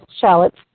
shallots